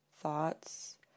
thoughts